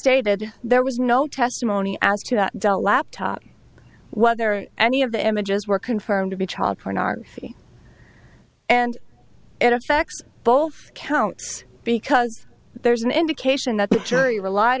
stated there was no testimony as to that dell laptop whether any of the images were confirmed to be child pornography and it affects both counts because there's an indication that the jury relied